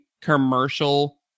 commercial